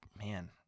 Man